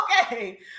Okay